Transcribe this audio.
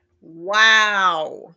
Wow